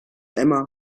emma